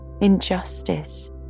Injustice